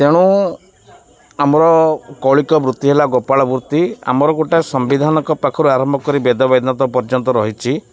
ତେଣୁ ଆମର କୌଳିକ ବୃତ୍ତି ହେଲା ଗୋପାଳ ବୃତ୍ତି ଆମର ଗୋଟେ ସମ୍ବିଧାନକ ପାଖରୁ ଆରମ୍ଭ କରି ବେଦ ବେଦାନ୍ତ ପର୍ଯ୍ୟନ୍ତ ରହିଛି